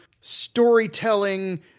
storytelling